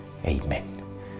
Amen